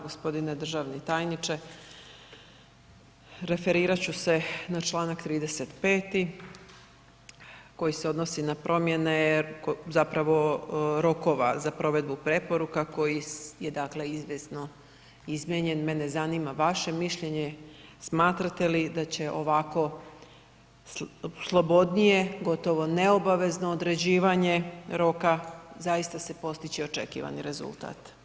G. državni tajniče, referirat ću se na članak 35. koji se odnosi na promjene zapravo rokova za provedbu preporuka koji je dakle izvjesno izmijenjen, mene zanima vaše mišljenje, smatrate li da će ovako slobodnije gotovo neobavezno određivanje roka zaista se postići očekivani rezultat?